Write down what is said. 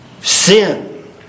Sin